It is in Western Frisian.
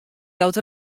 jout